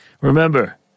Remember